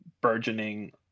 burgeoning